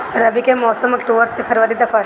रबी के मौसम अक्टूबर से फ़रवरी तक ह